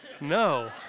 No